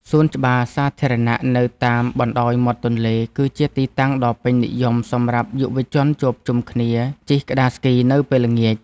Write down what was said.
សួនច្បារសាធារណៈនៅតាមបណ្ដោយមាត់ទន្លេ គឺជាទីតាំងដ៏ពេញនិយមសម្រាប់យុវជនជួបជុំគ្នាជិះក្ដារស្គីនៅពេលល្ងាច។